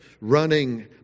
running